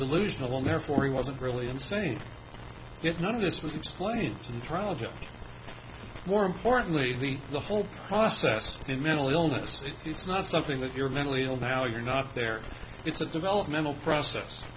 delusional and therefore he wasn't really insane yet none of this was explained to the trial judge more importantly the whole process in mental illness it's not something that you're mentally ill now you're not there it's a developmental process